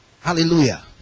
Hallelujah